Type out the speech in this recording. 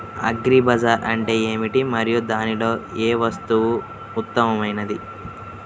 Agri bazaar అంటే ఏమిటి మరియు దానిలో ఏ వస్తువు ఉత్తమమైనది?